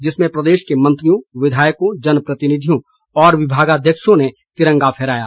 जिसमें प्रदेश के मंत्रियों विधायकों जन प्रतिनिधियों और विभागाध्यक्षों ने तिरंगा फहराया